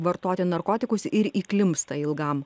vartoti narkotikus ir įklimpsta ilgam